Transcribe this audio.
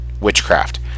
witchcraft